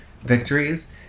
victories